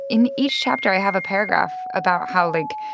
in each chapter i have a paragraph about how, like,